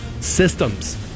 systems